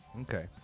Okay